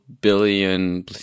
billion